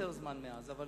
עבר יותר זמן מאז.